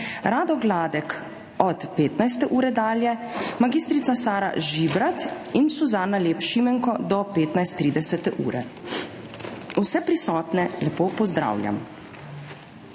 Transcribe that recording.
Rado Gladek od 15. ure dalje, Sara Žibrat in Suzana Lep Šimenko do 15.30. Vse prisotne lepo pozdravljam!